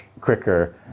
quicker